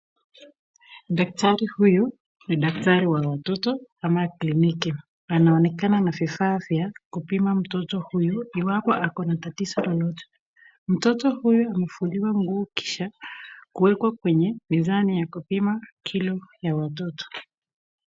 Daktari huyu ni daktari wa watoto ama kliniki. Anaonekana na vifaa vya kupima mtoto huyu, iwapo akona tatizo lolote. Mtoto huyu amevuliwa nguo kisha kuekwa kwenye mizani ya kupima kilo ya watoto.